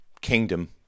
kingdom